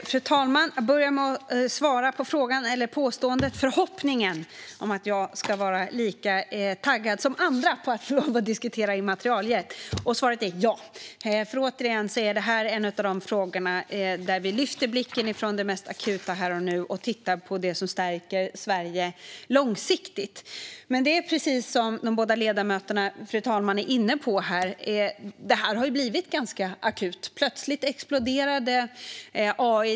Fru talman! Jag börjar med att apropå förhoppningen om att jag ska vara lika taggad som andra på att få diskutera immaterialrätt säga att svaret är ja! Jag får återigen säga att detta är en av de frågor där vi lyfter blicken från det mest akuta här och nu och tittar på det som stärker Sverige långsiktigt. Det är precis som de båda ledamöterna är inne på. Det här har ju blivit ganska akut. Plötsligt exploderade AI.